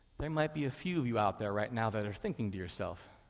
there might be a few of you out there right now that are thinking to yourself,